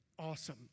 Awesome